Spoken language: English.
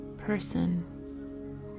person